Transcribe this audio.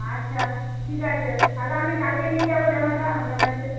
আচ্ছা ঠিক আছে তাহলে আমি কালকেই নিয়ে যাব জামাটা আপনার কাছে